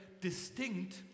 distinct